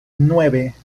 nueve